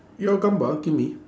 your gambar give me